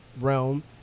realm